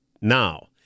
now